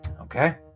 Okay